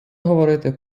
говорити